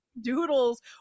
doodles